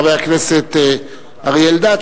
חבר הכנסת אריה אלדד,